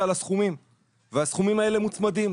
על הסכומים והסכומים האלה מוצמדים.